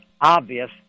obvious